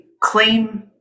claim